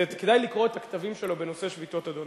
כדאי לקרוא את הכתבים שלו בנושא שביתות, אדוני.